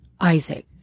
Isaac